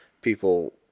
people